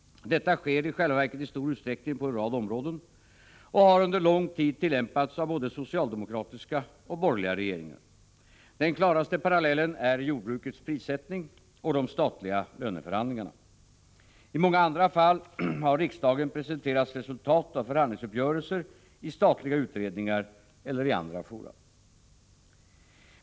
Detta sker i själva verket i stor utsträckning på en rad områden — och har under lång tid tillämpats av både socialdemokratiska och borgerliga regeringar. Den klaraste parallellen är jordbrukets prissättning och de statliga löneförhandlingarna. I många andra fall har riksdagen presenterats resultat av förhandlingsuppgörelser i statliga utredningar eller i andra fora.